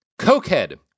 Cokehead